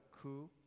coup